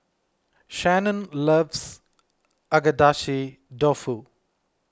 Shanon loves Agedashi Dofu